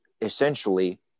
essentially